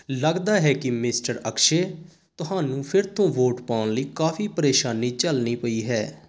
ਲੱਗਦਾ ਹੈ ਕਿ ਮਿਸਟਰ ਅਕਸ਼ੇ ਤੁਹਾਨੂੰ ਫਿਰ ਤੋਂ ਵੋਟ ਪਾਉਣ ਲਈ ਕਾਫੀ ਪਰੇਸ਼ਾਨੀ ਝੱਲਣੀ ਪਈ ਹੈ